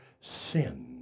sin